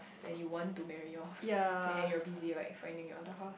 then you want to marry off and then you are busy like finding your other half